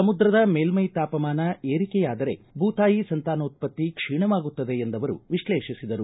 ಸಮುದ್ರದ ಮೇಲ್ಟೈತಾಪಮಾನ ಏರಿಕೆಯಾದರೆ ಬೂತಾಯಿ ಸಂತಾನೋತ್ಪತ್ತಿ ಕ್ಷೀಣವಾಗುತ್ತದೆ ಎಂದವರು ವಿಶ್ಲೇಷಿಸಿದರು